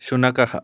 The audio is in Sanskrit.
शुनकः